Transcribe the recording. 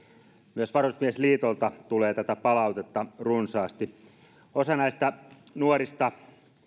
myös varusmiesliitolta tulee tätä palautetta runsaasti osa näistä nuorista